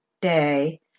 day